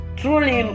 truly